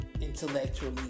intellectually